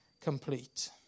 complete